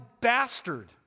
bastard